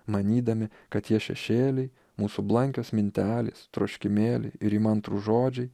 manydami kad tie šešėliai mūsų blankios mintelės troškimėliai įmantrūs žodžiai